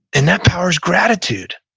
and that power is gratitude.